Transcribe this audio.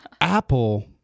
Apple